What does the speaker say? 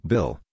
Bill